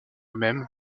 même